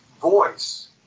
voice